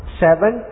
seven